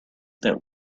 that